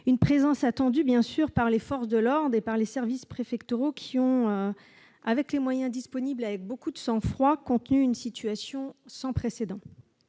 elle était attendue aussi par les forces de l'ordre et les services préfectoraux, qui ont, avec les moyens disponibles et beaucoup de sang-froid, contenu une situation sans précédent.